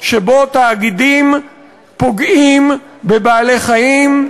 שבו תאגידים פוגעים בבעלי-חיים,